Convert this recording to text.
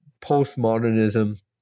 postmodernism